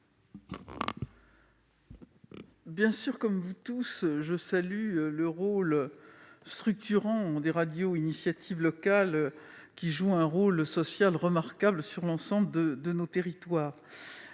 Bien sûr, comme vous tous, je salue le rôle structurant des radios d'initiative locale, qui jouent un rôle social remarquable sur l'ensemble de nos territoires.